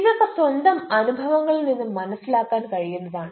ഇതൊക്കെ സ്വന്തം അനുഭവങ്ങളിൽ നിന്ന് മനസിലാക്കാൻ കഴിയുന്നതാണ്